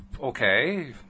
Okay